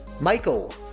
Michael